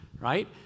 right